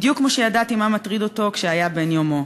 בדיוק כמו שידעתי מה מטריד אותו כשהיה בן יומו.